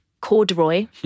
corduroy